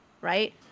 right